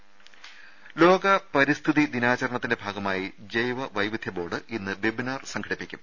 രേര ലോക പരിസ്ഥിതി ദിനാചരണത്തിന്റെ ഭാഗമായി ജൈവ വൈവിധ്യ ബോർഡ് ഇന്ന് വെബിനാർ സംഘടിപ്പിക്കും